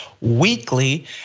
weekly